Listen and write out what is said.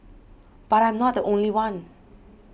but I'm not the only one